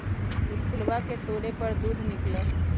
ई फूलवा के तोड़े पर दूध निकला हई